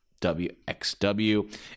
WXW